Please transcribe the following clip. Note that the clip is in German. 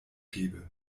gebe